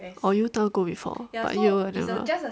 oh U_town go before but Yale I never